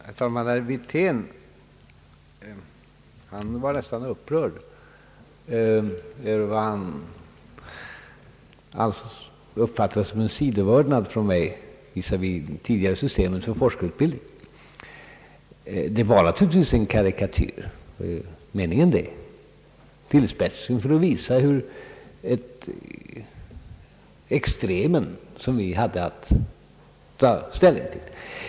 Herr talman! Herr Wirtén var nästan upprörd över vad han uppfattade som sidovördnad från mig visavi det tidigare systemet för forskarutbildning. Det var naturligtvis avsett som en karikatyr, en tillspetsning för att visa de extrema följder av systemet som vi hade att ta hänsyn till.